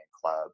club